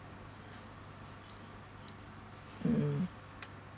mm